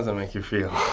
ah make you feel?